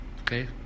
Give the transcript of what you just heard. okay